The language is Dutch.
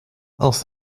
als